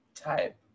type